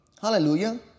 hallelujah